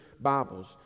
Bibles